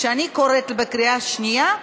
כשאני קוראת בקריה שנייה,